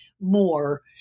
more